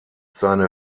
seine